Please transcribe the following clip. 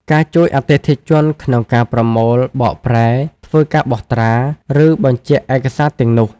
ការជួយអតិថិជនក្នុងការប្រមូល បកប្រែ ធ្វើការបោះត្រា ឬបញ្ជាក់ឯកសារទាំងនោះ។